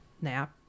nap